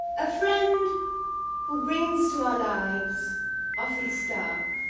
a friend who brings to our lives often stark,